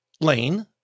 lane